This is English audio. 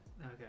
Okay